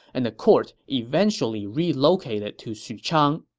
and the court eventually relocated to xuchang.